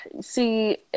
See